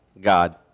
God